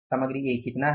सामग्री A कितना है